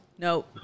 No